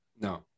no